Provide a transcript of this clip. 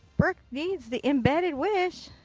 brooke needs the embedded wish.